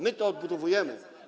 My to odbudowujemy.